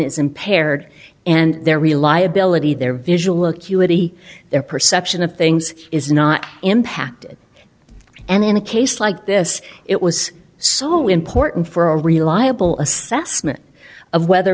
is impaired and their reliability their visual acuity their perception of things is not impacted and in a case like this it was so important for a reliable assessment of whether